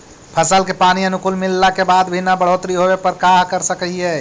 फसल के पानी अनुकुल मिलला के बाद भी न बढ़ोतरी होवे पर का कर सक हिय?